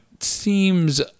seems